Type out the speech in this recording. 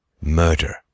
murder